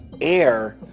air